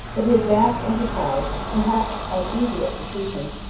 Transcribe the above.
but his vast enterprise, perhaps of easy execution,